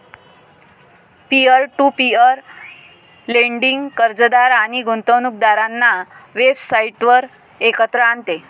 peer to peer lending कर्जदार आणि गुंतवणूकदारांना वेबसाइटवर एकत्र आणते